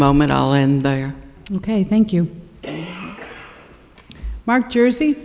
moment i'll end there ok thank you mark jersey